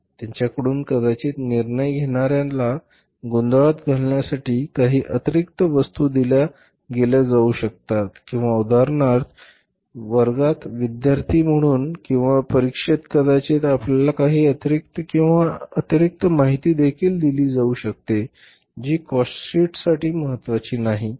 त्यांच्याकडून कदाचित निर्णय घेणार्याला गोंधळात घालण्यासाठी काही अतिरिक्त वस्तू दिल्या गेल्या जाऊ शकतात किंवा उदाहरणार्थ वर्गात विद्यार्थी म्हणून किंवा परीक्षेत कदाचित आपल्याला काही अतिरिक्त किंवा काही अतिरिक्त माहिती देखील दिली गेली जाऊ शकते जी काॅस्ट शीट साठी महत्वाची नाही